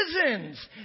prisons